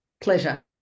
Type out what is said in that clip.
Pleasure